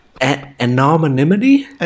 anonymity